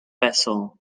vessel